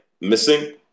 missing